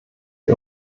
die